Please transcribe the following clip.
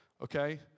okay